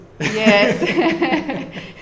yes